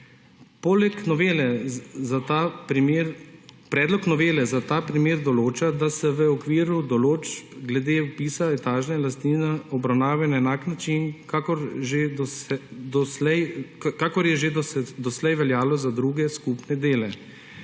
Predlog novele za ta primer določa, da se v okviru določb glede vpisa etažna lastnina obravnava na enak način, kakor je že doslej veljalo za druge skupne dele.